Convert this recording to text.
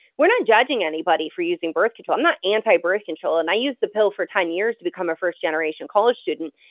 we're not judging anybody for using birth control. i'm not anti-birth control, and i used the pill for ten years to become a first-generation college student.